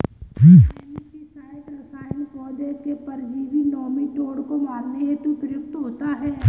nematicide रसायन पौधों के परजीवी नोमीटोड को मारने हेतु प्रयुक्त होता है